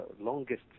longest